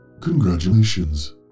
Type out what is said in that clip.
Congratulations